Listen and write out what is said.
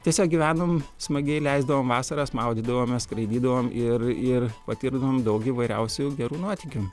tiesiog gyvenom smagiai leisdavom vasaras maudydavomės skraidydavom ir ir patirdavom daug įvairiausių gerų nuotykių